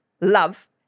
love